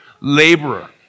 laborer